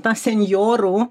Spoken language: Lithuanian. tą senjorų